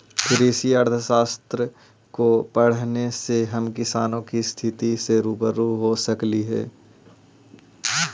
कृषि अर्थशास्त्र को पढ़ने से हम किसानों की स्थिति से रूबरू हो सकली हे